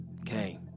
okay